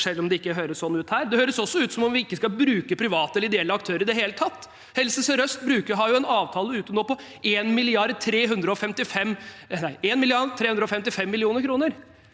selv om det ikke høres sånn ut her. Det høres også ut som om vi ikke skal bruke private eller ideelle aktører i det hele tatt. Helse sør-øst har nå en avtale på 1,355 mrd. kr.